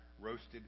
roasted